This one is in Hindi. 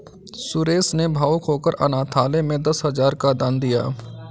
सुरेश ने भावुक होकर अनाथालय में दस हजार का दान दिया